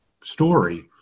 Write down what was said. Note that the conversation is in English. story